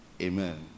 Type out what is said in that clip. Amen